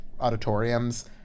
auditoriums